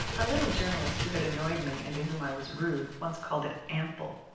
a little journalist who had annoyed me, and to whom i was rude, once called it ample.